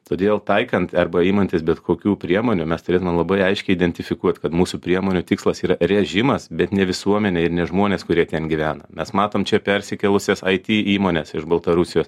todėl taikant arba imantis bet kokių priemonių mes turėtumėm labai aiškiai identifikuot kad mūsų priemonių tikslas yra režimas bet ne visuomenė ir ne žmonės kurie ten gyvena mes matom čia persikėlusias it įmones iš baltarusijos